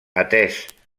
atès